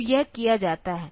तो यह किया जाता है